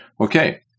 Okay